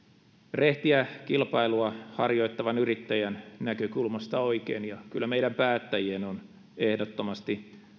rehtiä kilpailua harjoittavan yrittäjän näkökulmasta oikein ja kyllä meidän päättäjien on ehdottomasti